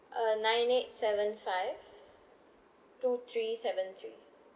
uh nine eight seven five two three seven three